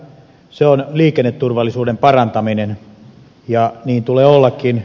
se on liikenneturvallisuuden parantaminen ja niin tulee ollakin